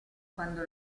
quando